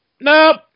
nope